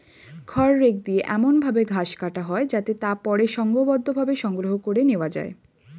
খড় রেক দিয়ে এমন ভাবে ঘাস কাটা হয় যাতে তা পরে সংঘবদ্ধভাবে সংগ্রহ করে নেওয়া যায়